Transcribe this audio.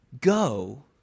Go